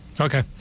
Okay